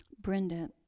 brenda